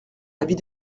avis